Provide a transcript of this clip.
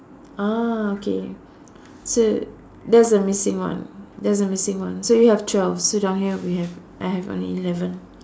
ah okay so that's the missing one that's the missing one so you have twelve so down here we have I have only eleven